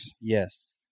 Yes